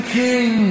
king